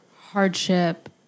hardship